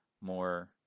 more